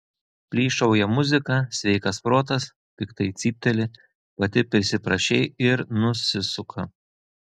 plyšauja muzika sveikas protas piktai cypteli pati prisiprašei ir nusisuka